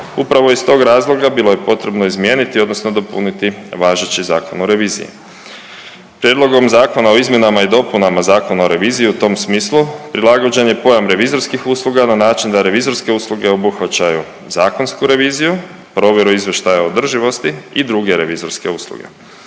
Upravo iz tog razloga bilo je potrebno izmijeniti odnosno dopuniti važeći zakon o reviziji. Prijedlogom zakona o izmjenama i dopunama Zakona o reviziji u tom smislu, prilagođen je i pojam revizorskih usluga na način da revizorske usluge obuhvaćaju zakonsku reviziju, provjeru izvještaja o održivosti i druge revizorske usluge.